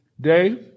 day